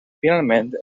finalment